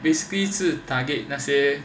basically 是 target 那些